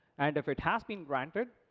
and if it has been granted,